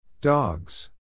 Dogs